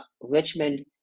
Richmond